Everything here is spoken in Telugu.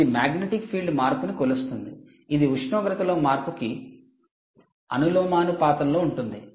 ఇది మాగ్నెటిక్ ఫీల్డ్ మార్పును కొలుస్తుంది ఇది ఉష్ణోగ్రతలో మార్పుకు అనులోమానుపాతంలో ఉంటుంది